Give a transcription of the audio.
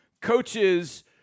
coaches